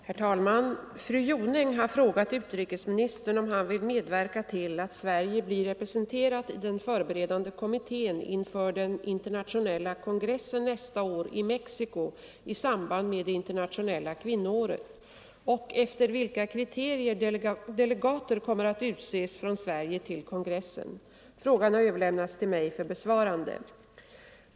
Herr talman! Fru Jonäng har frågat utrikesministern om han vill medverka till att Sverige blir representerat i den förberedande kommittén inför den internationella kongressen nästa år i Mexico i samband med det internationella kvinnoåret och efter vilka kriterier delegater kommer att utses från Sverige till kongressen. Frågan har överlämnats till mig för besvarande.